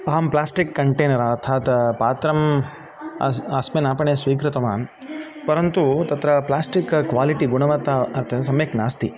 अहं plastic container अर्थात् पात्रम् अस्मिन् आपणे स्वीकृतवान् परन्तु तत्र प्लास्टिक् क्वालिटी गुणवत्ता तत् सम्यक् नास्ति